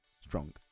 Strong